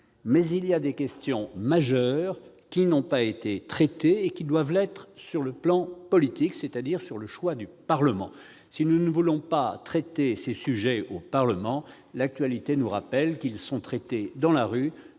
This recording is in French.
il y a des questions majeures qui n'ont pas été traitées et qui doivent l'être sur le plan politique, c'est-à-dire en faisant le choix de s'appuyer sur le Parlement. Si nous ne voulons pas traiter ces sujets au Parlement, l'actualité nous rappelle qu'ils seront traités dans la rue,